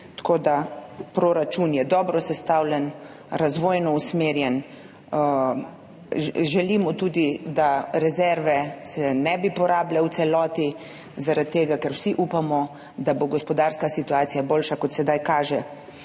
Tako da je proračun dobro sestavljen, razvojno usmerjen. Želimo tudi, da se rezerve ne bi porabile v celoti, zaradi tega, ker vsi upamo, da bo gospodarska situacija boljša, kot sedaj kaže.